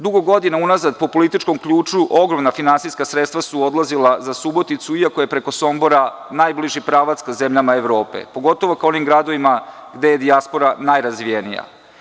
Dugo godina unazad po političkom ključu ogromna finansijska sredstva su odlazila za Suboticu, iako je preko Sombora najbliži pravac ka zemljama Evrope, pogotovo ka onim gradovima gde je dijaspora najrazvijenija.